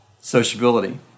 sociability